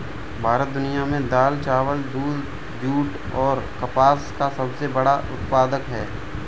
भारत दुनिया में दाल, चावल, दूध, जूट और कपास का सबसे बड़ा उत्पादक है